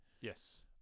Yes